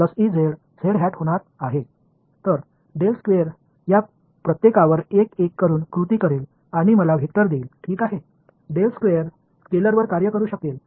எனவே இடது கை புறத்தில் இருப்பது நிச்சயமாக ஒரு வெக்டர் வலது புறமும் ஒரு வெக்டர் இந்த பையன் இதை எவ்வாறு இயக்குகிறார் இது உண்மையில் இருக்கும்